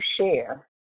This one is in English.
share